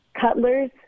Cutler's